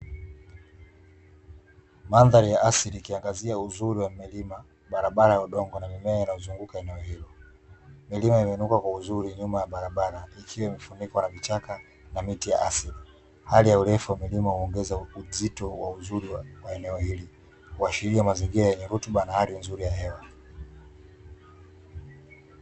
Mandhari ya asili ikiangazia uzuri wa milima barabara ya udongo na mimiea inayozunguka eneo hilo, milima imeinuka kwa uzuri nyuma ya barabara ikiwa imefunikwa na vichaka na miti ya asili, hali ya urefu wa milima uongeza uzito wa uzuri wa eneo hili kuashiria mazingira yenye rutuba na hali nzuri ya hewa.